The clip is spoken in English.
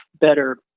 better